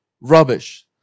Rubbish